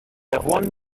one